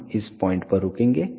हम इस पॉइंट पर रुकेंगे